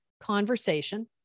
conversation